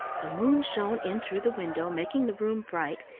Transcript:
the moon shone in through the window, making the room bright,